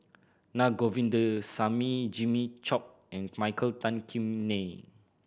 Na Govindasamy Jimmy Chok and Michael Tan Kim Nei